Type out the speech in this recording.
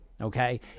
Okay